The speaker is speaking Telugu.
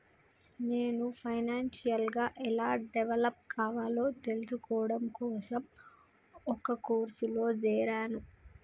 నేను ఫైనాన్షియల్ గా ఎలా డెవలప్ కావాలో తెల్సుకోడం కోసం ఒక కోర్సులో జేరాను